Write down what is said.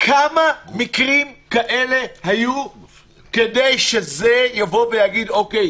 כמה מקרים כאלה היו כדי שיגידו: אוקיי,